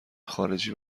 خارجی